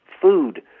food